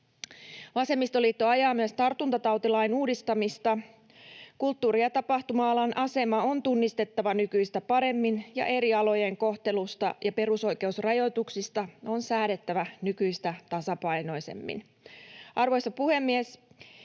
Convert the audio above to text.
Vasemmistoliitto ajaa myös tartuntatautilain uudistamista. Kulttuuri- ja tapahtuma-alan asema on tunnistettava nykyistä paremmin, ja eri alojen kohtelusta ja perusoikeusrajoituksista on säädettävä nykyistä tasapainoisemmin. Arvoisa puhemies!